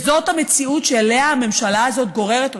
זאת המציאות שאליה הממשלה הזאת גוררת אותנו.